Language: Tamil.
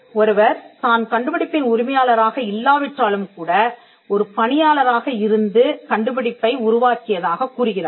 ஒருவர்தான் கண்டுபிடிப்பின் உரிமையாளராக இல்லாவிட்டாலும்கூட ஒரு பணியாளராக இருந்து கண்டுபிடிப்பை உருவாக்கியதாகக் கூறுகிறார்